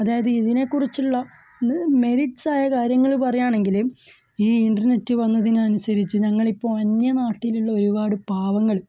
അതായത് ഇതിനെക്കുറിച്ചുള്ള മെറിറ്റസ് ആയ കാര്യങ്ങൾ പറയുകയാണെങ്കിൽ ഈ ഇൻറ്റർനെറ്റ് വന്നതിനനുസരിച്ച് ഞങ്ങളിപ്പോൾ അന്യനാട്ടിലുള്ള ഒരുപാട് പാവങ്ങൾ